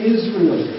Israel